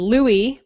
Louis